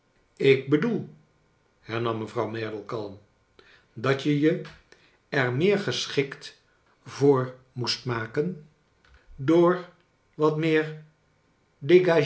ik bedoel hernam mevrouw merdle kalm dat je je er meer geschikt voor moest maken door wat meer